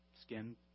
skin